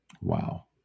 Wow